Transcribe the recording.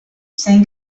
sent